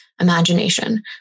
imagination